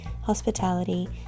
hospitality